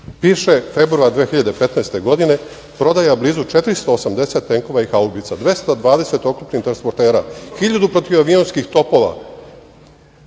Piše februar 2015. godine, prodaja blizu 480 tenkova i haubica, 220 oklopnih transportera, 1.000 protivavionskih topova,